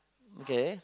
okay